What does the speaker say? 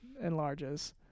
enlarges